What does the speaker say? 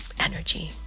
energy